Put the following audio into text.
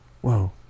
Whoa